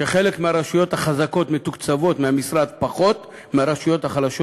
שחלק מהרשויות החזקות מתוקצבות מהמשרד פחות מהרשויות החלשות,